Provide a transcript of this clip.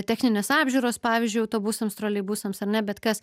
techninės apžiūros pavyzdžiui autobusams troleibusams ar ne bet kas